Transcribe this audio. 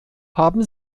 haben